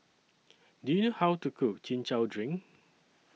Do YOU know How to Cook Chin Chow Drink